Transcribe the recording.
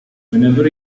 whenever